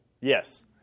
Yes